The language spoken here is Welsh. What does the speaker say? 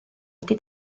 wedi